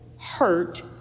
hurt